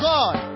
God